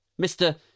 Mr